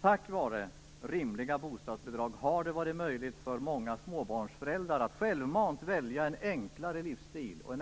Tack vare rimliga bostadsbidrag har det varit möjligt för många småbarnsföräldrar att självmant välja en enklare livsstil och